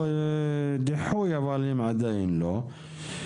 דיחוי אבל הם עדיין לא.